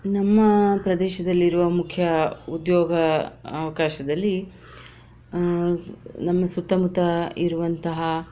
ನಮ್ಮ ಪ್ರದೇಶದಲ್ಲಿರುವ ಮುಖ್ಯ ಉದ್ಯೋಗ ಅವಕಾಶದಲ್ಲಿ ನಮ್ಮ ಸುತ್ತಮುತ್ತ ಇರುವಂತಹ